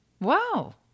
Wow